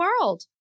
World